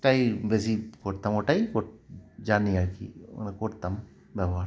তাই বেশি করতাম ওটাই জানি আর কিনে করতাম ব্যবহার